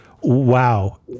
Wow